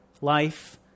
life